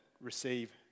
receive